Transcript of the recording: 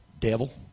devil